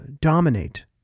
dominate